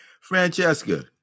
Francesca